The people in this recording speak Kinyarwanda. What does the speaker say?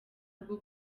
bwo